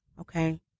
Okay